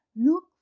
look